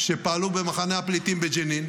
שפעלו במחנה הפליטים בג'נין,